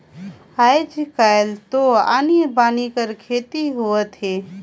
आयज कायल तो आनी बानी कर खेती होवत हे